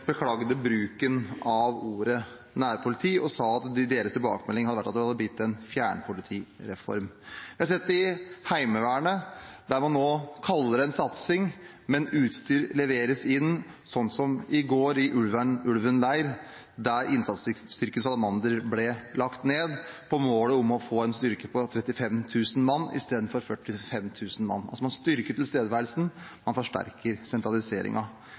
beklagde bruken av ordet nærpoliti, og sa at deres tilbakemelding har vært at det har blitt en fjernpolitireform. Vi har sett det i Heimevernet, der man nå kaller det en satsing – men utstyr leveres inn, sånn som i går i Ulven leir, der innsatsstyrken Salamander ble lagt ned – på målet om å få en styrke på 35 000 mann istedenfor 45 000 mann. Man styrker tilstedeværelsen, man forsterker